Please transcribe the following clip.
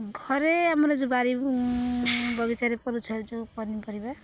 ଘରେ ଆମର ଯେଉଁ ବାରି ବଗିଚାରେ କରୁଛେ ଯେଉଁ ପନିପରିବା